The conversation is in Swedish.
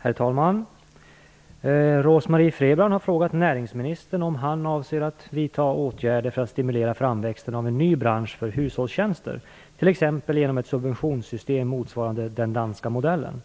Herr talman! Rose-Marie Frebran har frågat näringsministern om han avser att vidta åtgärder för att stimulera framväxten av en ny bransch för hushållstjänster, t.ex. genom ett subventionssystem motsvarande den danska modellen.